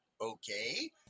okay